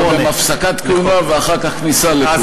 קודם הפסקת כהונה ואחר כך כניסה לכהונה.